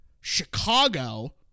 Chicago